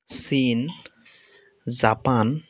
China Japan